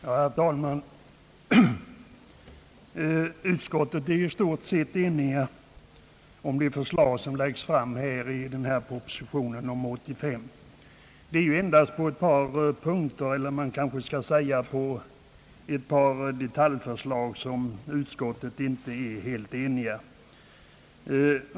Herr talman! Utskottet är i stort sett enigt om de förslag som läggs fram i proposition nr 85. Det är endast i fråga om ett par detaljförslag som utskottet inte är helt enigt.